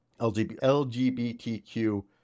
LGBTQ